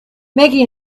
maggie